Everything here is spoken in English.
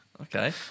Okay